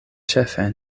ĉefe